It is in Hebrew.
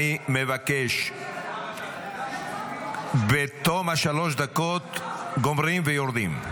אני מבקש שבתום שלוש הדקות גומרים ויורדים.